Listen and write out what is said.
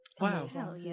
Wow